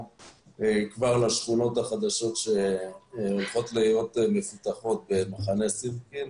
לשכונות החדשות שהולכות להיות מפותחות במחנה סירקין.